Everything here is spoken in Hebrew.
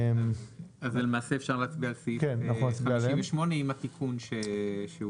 אז למעשה אפשר להצביע על סעיף 58 עם התיקון שהוצע.